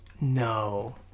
No